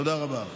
תודה רבה.